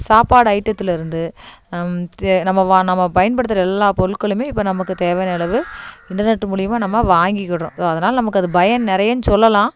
சாப்பாடு ஐட்டத்தில் இருந்து நம்ம நம்ம பயன்படுத்துகிற எல்லா பொருட்களுமே இப்போ நம்மக்கு தேவையான அளவு இன்டர்நெட் மூலயமா நம்ம வாங்கிக்கிட்றோம் அதனால் நமக்கு அது பயன் நிறையன்னு சொல்லலாம்